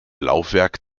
laufwerk